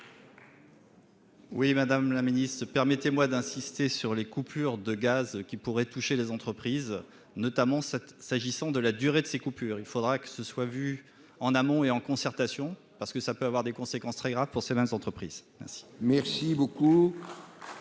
Oui, madame la Ministre, permettez-moi d'insister sur les coupures de gaz qui pourraient toucher les entreprises notamment cette s'agissant de la durée de ces coupures, il faudra que ce soit vu en amont et en concertation, parce que ça peut avoir des conséquences très graves pour vingt entreprises ainsi.